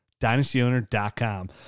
DynastyOwner.com